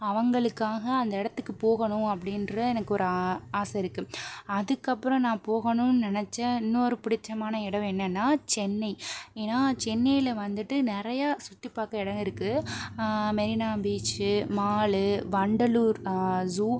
அவங்களுக்காக அந்த இடத்துக்கு போகணும் அப்படின்ற எனக்கு ஒரு ஆ ஆசை இருக்கு அதுக்கு அப்புறம் நான் போகணும்னு நினச்ச இன்னொரு புடித்தமான இடம் என்னென்னா சென்னை ஏன்னா சென்னையில் வந்துட்டு நிறையா சுத்திப்பார்க்க இட இருக்கு Marina beach mall Vandalur zoo